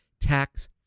tax